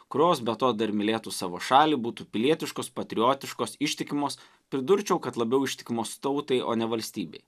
kurios be to dar mylėtų savo šalį būtų pilietiškos patriotiškos ištikimos pridurčiau kad labiau ištikimos tautai o ne valstybei